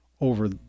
over